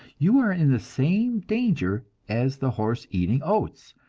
you are in the same danger as the horse eating oats,